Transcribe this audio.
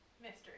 Mystery